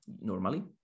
normally